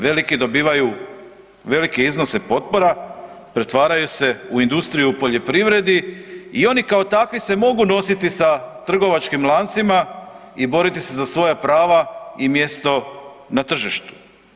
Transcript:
Veliki dobivaju velike iznose potpora i pretvaraju se u industriju u poljoprivredi i oni kao takvi se mogu nositi sa trgovačkim lancima i boriti se za svoja prava i mjesto na tržištu.